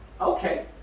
Okay